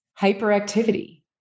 hyperactivity